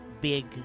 big